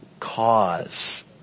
Cause